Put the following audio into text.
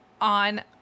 on